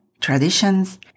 traditions